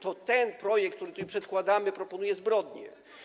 To ten projekt, który tutaj przedkładamy, proponuje zbrodnię.